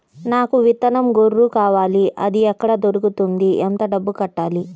నాకు విత్తనం గొర్రు కావాలి? అది ఎక్కడ దొరుకుతుంది? ఎంత డబ్బులు కట్టాలి?